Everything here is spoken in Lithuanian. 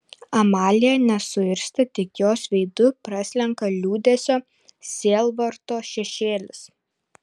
amalija nesuirzta tik jos veidu praslenka liūdesio sielvarto šešėlis